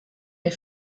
der